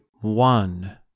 one